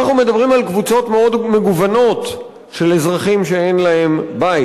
אנחנו מדברים על קבוצות מאוד מגוונות של אזרחים שאין להם בית.